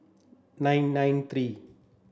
nine nine three